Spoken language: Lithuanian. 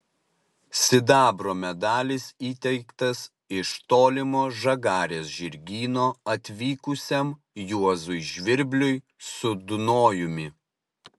sidabro medalis įteiktas iš tolimo žagarės žirgyno atvykusiam juozui žvirbliui su dunojumi